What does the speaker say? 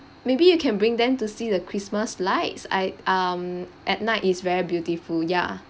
maybe you can bring them to see the christmas lights I um at night it's very beautiful ya